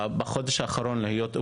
בחודש האחרון אני השתדלתי לשמור על